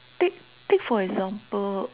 take take for example